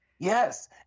Yes